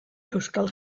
euskal